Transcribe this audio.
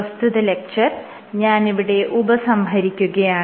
പ്രസ്തുത ലെക്ച്ചർ ഞാനിവിടെ ഉപസംഹരിക്കുകയാണ്